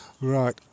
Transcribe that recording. Right